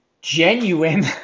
genuine